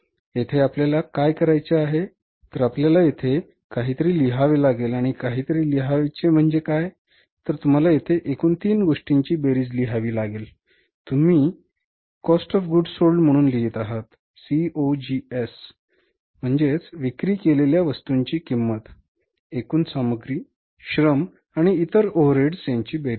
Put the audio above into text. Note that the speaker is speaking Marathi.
येथे आपल्याला काय करायचे आहे तर आपल्याला येथे काहीतरी लिहावे लागेल आणि काहीतरी लिहायचे म्हणजे तुम्हाला येथे एकूण तीन गोष्टींची बेरीज लिहावी लागेल तुम्ही ते येथे COGS म्हणून लिहित आहात सीओजीएस म्हणजे Cost of goods sold एकूण सामग्री श्रम आणि इतर ओव्हरहेड यांची बेरीज